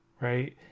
right